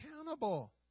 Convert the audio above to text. accountable